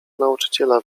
nauczyciela